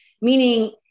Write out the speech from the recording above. meaning